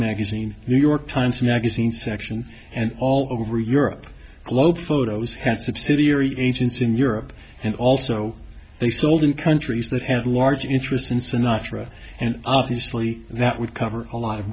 magazine new york times magazine section and all over europe globe photos had subsidiary agents in europe and also they sold in countries that had large interests in sinatra and obviously that would cover a lot of